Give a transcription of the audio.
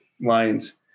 lines